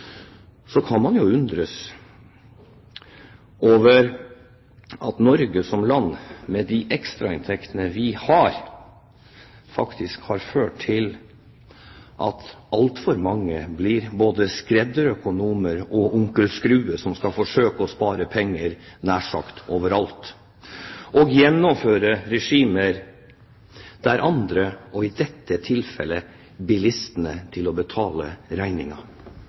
Så kan man jo undres over at de ekstrainntektene Norge som land har, faktisk har ført til at altfor mange blir både skredderøkonomer og Onkel Skruer som skal forsøke å spare penger nær sagt over alt og gjennomføre regimer der andre – og i dette tilfellet bilistene